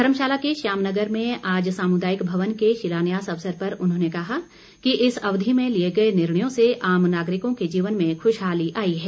धर्मशाला के श्याम नगर में आज सामुदायिक भवन के शिलान्यास अवसर पर उन्होंने कहा कि इस अवधि में लिए गए निर्णयों से आम नागरिकों के जीवन में खुशहाली आई है